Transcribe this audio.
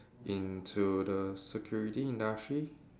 into the security industry